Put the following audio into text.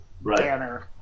banner